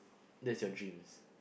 that's your dreams